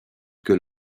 que